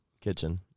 Kitchen